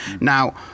Now